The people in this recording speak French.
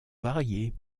variés